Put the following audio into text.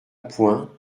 point